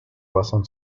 basan